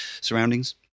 surroundings